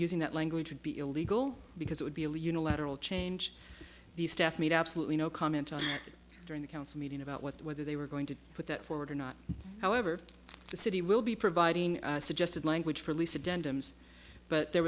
using that language would be illegal because it would be a unilateral change the staff made absolutely no comment on during the council meeting about what whether they were going to put that forward or not however the city will be providing suggested language for lisa denims but there